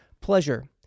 pleasure